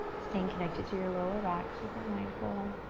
staying connected to your lower back. super mindful.